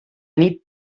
nit